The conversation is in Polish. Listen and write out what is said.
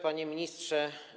Panie Ministrze!